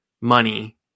money